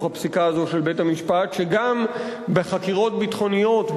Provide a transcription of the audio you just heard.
הפסיקה הזאת של בית-המשפט שגם בחקירות ביטחוניות,